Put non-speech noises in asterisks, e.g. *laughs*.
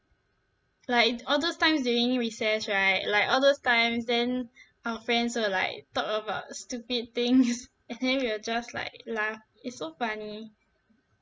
like all those times during recess right like all those times then our friends will like talk about stupid things *laughs* and then we will just like laugh it's so funny